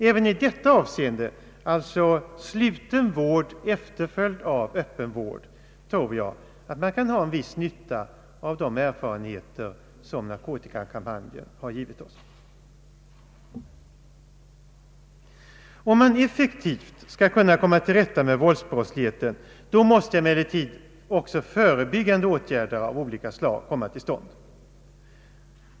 Även i dessa fall, alltså sluten vård, efterföljd av öppen vård, tror jag man kan ha en viss nytta av de erfarenheter som narkotikakampanjen givit oss. Om man effektivt skall kunna komma till rätta med våldsbrottsligheten, måste emellertid också förebyggande åtgärder av olika slag komma till stånd.